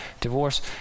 divorce